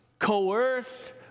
Coerce